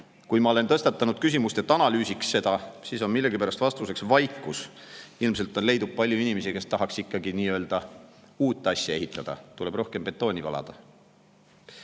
Kui ma olen tõstatanud küsimuse, et analüüsiks seda, siis on millegipärast vastuseks vaikus. Ilmselt leidub palju inimesi, kes tahaks ikkagi uut asja ehitada. Tuleb rohkem betooni valada!